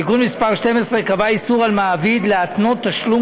תיקון מס' 12 קבע איסור על מעביד להתנות תשלום